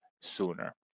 sooner